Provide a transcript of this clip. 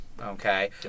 Okay